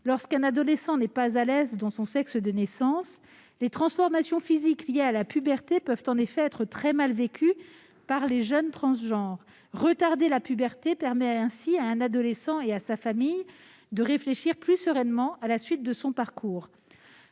Lorsqu'un adolescent n'est pas à l'aise dans son sexe de naissance, les transformations physiques liées à la puberté peuvent en effet être très mal vécues. Retarder la puberté permet ainsi au jeune à sa famille de réfléchir plus sereinement à la suite de son parcours.